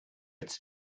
its